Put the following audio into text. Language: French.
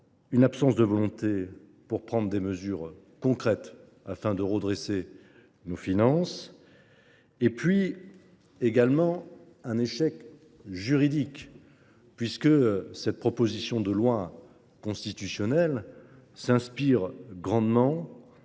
l’absence de volonté de prendre des mesures concrètes afin de redresser nos finances publiques ; un échec juridique, ensuite, puisque cette proposition de loi constitutionnelle s’inspire grandement